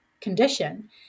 condition